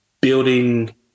Building